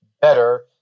better